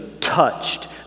touched